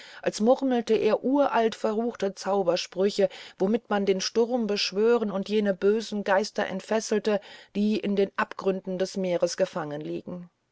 als murmelte er uralt verruchte zaubersprüche womit man den sturm beschwört und jene bösen geister entfesselt die in den abgründen des meeres